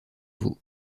vau